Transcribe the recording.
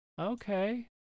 Okay